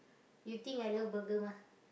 you think I love burger mah